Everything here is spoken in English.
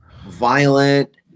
violent